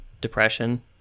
Depression